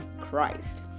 Christ